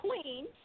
Queen